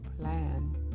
Plan